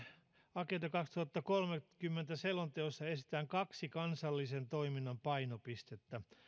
agenda kaksituhattakolmekymmentä selonteossa esitetään kaksi kansallisen toiminnan painopistettä